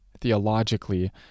theologically